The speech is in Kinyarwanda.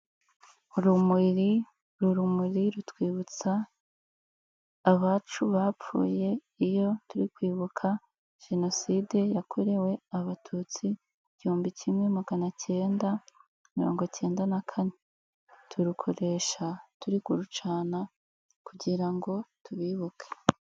Urumuri, uruurumuri rutwibutsa abacu bapfuye, iyo turi kwibuka Jenoside yakorewe Abatutsi igihumbi kimwe maganacyenda mirongo icyenda na kane, turukoresha turi kurucana kugira ngo tubibuke.